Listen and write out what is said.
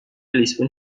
لیسبون